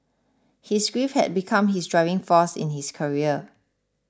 his grief had become his driving force in his career